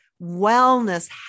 wellness